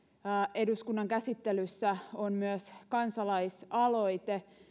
eduskunnan käsittelyssä on myös kansalaisaloite